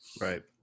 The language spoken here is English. Right